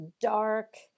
dark